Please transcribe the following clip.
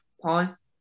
pause